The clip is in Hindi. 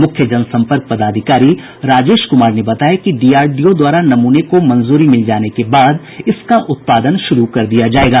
मुख्य जनसम्पर्क पदाधिकारी राजेश कुमार ने बताया कि डीआरडीओ द्वारा नमूने को मंजूरी मिल जाने के बाद इसका उत्पादन श्रू कर दिया जायेगा